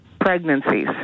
pregnancies